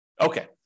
Okay